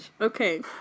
Okay